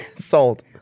sold